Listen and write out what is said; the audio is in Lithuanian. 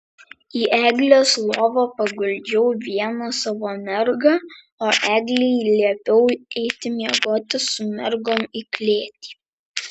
į eglės lovą paguldžiau vieną savo mergą o eglei liepiau eiti miegoti su mergom į klėtį